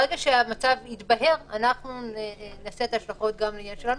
ברגע שהמצב יתבהר נעשה את ההשלכות גם לעניין שלנו.